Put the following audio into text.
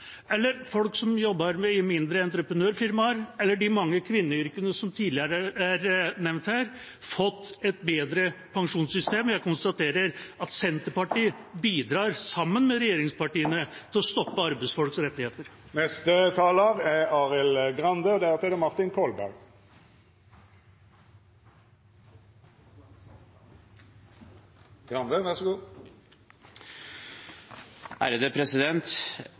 eller folk som jobber i mindre entreprenørfirmaer, eller i de mange kvinneyrkene som tidligere er nevnt her, fått et bedre pensjonssystem. Jeg konstaterer at Senterpartiet bidrar, sammen med regjeringspartiene, til å stoppe arbeidsfolks rettigheter. En god pensjon handler om trygghet for framtiden og